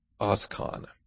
oscon